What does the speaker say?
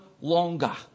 longer